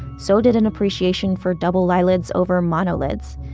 so did an appreciation for double eyelids over monolids.